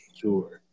sure